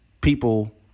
people